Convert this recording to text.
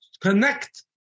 Connect